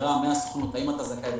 אמירה מהסוכנות האם אתה זכאי וכמה,